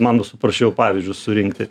man bus paprasčiau pavyzdžius surinkti